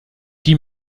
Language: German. die